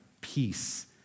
peace